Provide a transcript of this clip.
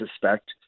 suspect